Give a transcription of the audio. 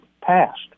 passed